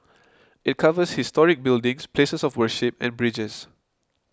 it covers historic buildings places of worship and bridges